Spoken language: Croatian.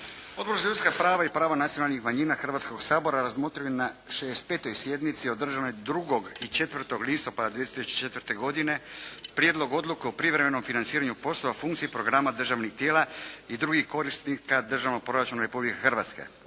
Odbor za ljudska prava i prava nacionalnih manjina Hrvatskoga sabora razmotrio je na 65. sjednici održanoj 2. i 4. listopada 2004. godine Prijedlog odluke o privremenom financiranju poslova, funkcije i programa državnih tijela i drugih korisnika državnog proračuna Republike Hrvatske